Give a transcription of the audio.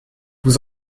vous